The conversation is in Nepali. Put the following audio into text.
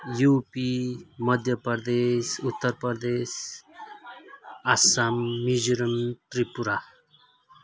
युपी मध्य प्रदेश उत्तर प्रदेश आसाम मिजोरम त्रिपुरा